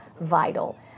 vital